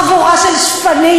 חבורה של שפנים.